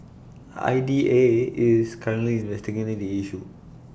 I D A is currently investigating the issue